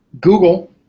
Google